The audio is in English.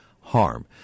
harm